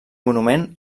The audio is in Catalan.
monument